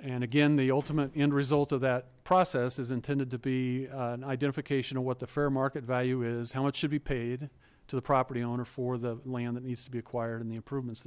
and again the ultimate end result of that process is intended to be an identification of what the fair market value is how much should be paid to the property owner for the land that needs to be acquired and the improvements